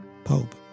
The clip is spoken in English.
Pope